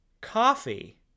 Coffee